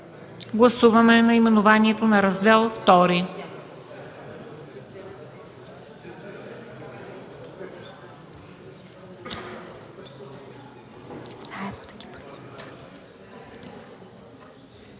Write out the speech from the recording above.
Гласуваме наименованието на Раздел ІІ.